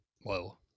Whoa